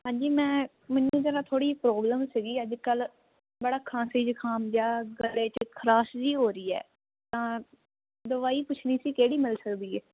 ਹਾਂਜੀ ਮੈਂ ਮੈਨੂੰ ਜਰਾ ਥੋੜ੍ਹੀ ਪ੍ਰੋਬਲਮ ਸੀਗੀ ਅੱਜ ਕੱਲ੍ਹ ਬੜਾ ਖਾਂਸੀ ਜ਼ੁਕਾਮ ਜਿਹਾ ਗਲੇ 'ਚ ਖਰਾਸ਼ ਜਿਹੀ ਹੋ ਰਹੀ ਹੈ ਤਾਂ ਦਵਾਈ ਪੁੱਛਣੀ ਸੀ ਕਿਹੜੀ ਮਿਲ ਸਕਦੀ ਹੈ